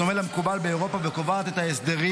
בדומה למקובל באירופה וקובעת את ההסדרים